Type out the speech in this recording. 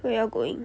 where you all going